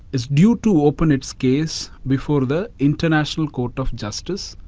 is due to open its case before the international court of justice,